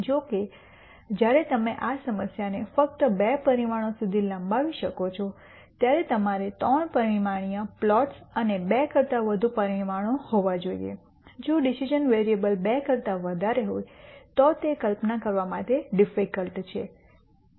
જો કે જ્યારે તમે આ સમસ્યાને ફક્ત બે પરિમાણો સુધી લંબાવી શકો છો ત્યારે તમારે 3 પરિમાણીય પ્લોટ્સ અને 2 કરતાં વધુ પરિમાણો હોવા જોઈએ જો ડિસિઝન વેરીએબલ્સ 2 કરતા વધારે હોય તો તે કલ્પના કરવા માટે ડિફિકલ્ટ છે